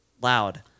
Loud